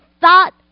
thought